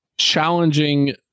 Challenging